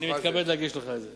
אני מתכבד להגיש לך את זה.